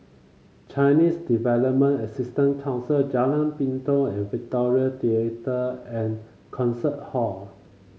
Chinese Development Assistance Council Jalan Pintau and Victoria Theatre and Concert Hall